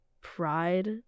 pride